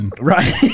Right